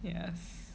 yes